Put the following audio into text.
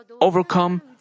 overcome